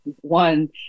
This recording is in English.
one